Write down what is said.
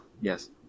Yes